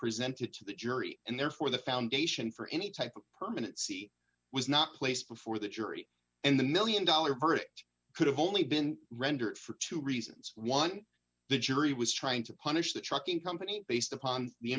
presented to the jury and therefore the foundation for any type of permanency was not placed before the jury and the one million dollars verdict could have only been rendered for two reasons one the jury was trying to punish the trucking company based upon the